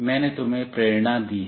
मैंने तुम्हें प्रेरणा दी है